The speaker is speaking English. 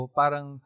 parang